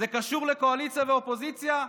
זה קשור לקואליציה ואופוזיציה?